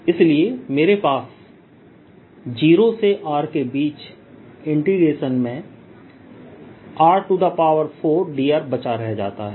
इसलिए मेरे पास 0 से R के बीच इंटीग्रेशन मै r4dr बचा रह जाता है